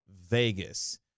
Vegas